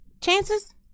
chances